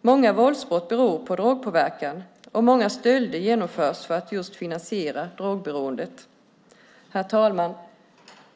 Många våldsbrott beror på drogpåverkan, och många stölder genomförs för att just finansiera drogberoendet. Herr talman!